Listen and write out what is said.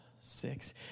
six